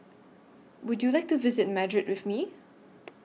Would YOU like to visit Madrid with Me